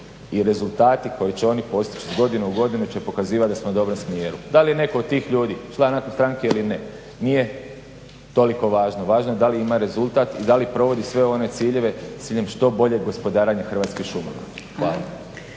i rezultati koje će oni postići iz godine u godinu će pokazivati da smo u dobrom smjeru. Da li je netko od tih ljudi član neke stranke ili ne, nije toliko važno, važno je da li ima rezultat i da li provodi sve one ciljeve sa ciljem što boljeg gospodarenja Hrvatskim šumama. Hvala.